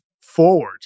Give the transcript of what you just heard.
forward